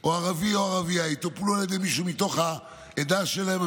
או ערבי או ערבייה יטופלו על ידי מישהו מתוך העדה שלהם,